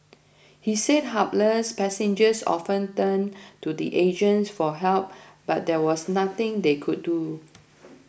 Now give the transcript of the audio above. he said hapless passengers often turned to the agents for help but there was nothing they could do